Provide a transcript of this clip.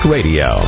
Radio